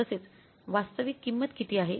तसेच वास्तविक किंमत किती आहे